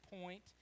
point